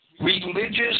religious